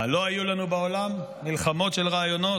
מה, לא היו לנו בעולם מלחמות של רעיונות?